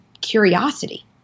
curiosity